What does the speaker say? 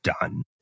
done